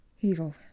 evil